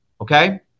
okay